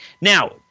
Now